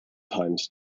times